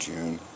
June